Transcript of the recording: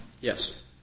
Yes